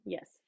Yes